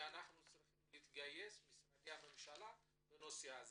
שמשרדי הממשלה יתגייסו לנושא הזה.